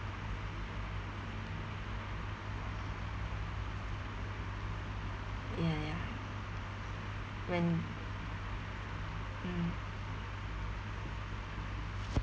ya ya when mm